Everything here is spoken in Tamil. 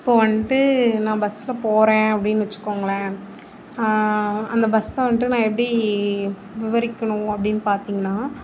இப்போது வந்துட்டு நான் பஸ்சில் போகிறேன் அப்படின்னு வச்சுக்கோங்களேன் அந்த பஸ்ஸை வந்துட்டு நான் எப்படி விவரிக்கணும் அப்படின்னு பார்த்தீங்கன்னா